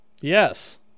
Yes